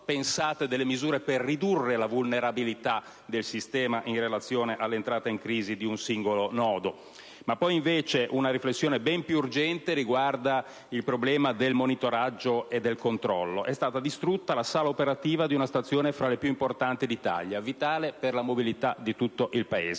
pensate delle misure per ridurre la vulnerabilità del sistema in relazione alla entrata in crisi di un singolo nodo? Una riflessione ben più urgente riguarda il problema del monitoraggio e del controllo. È stata distrutta la sala operativa di una stazione fra le più importanti d'Italia, vitale per la mobilità di tutto il Paese.